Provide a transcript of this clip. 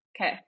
Okay